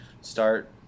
start